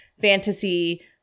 fantasy